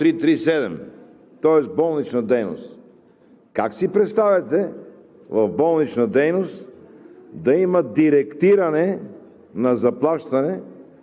Вие пишете, че разходите ще отиват по параграф, по точка 1.3.3.7, тоест болнична дейност. Как си представяте в болнична дейност